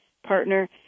partner